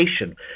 education